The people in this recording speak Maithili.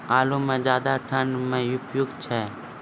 आलू म ज्यादा ठंड म उपयुक्त छै?